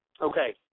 Okay